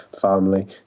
family